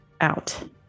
out